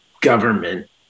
government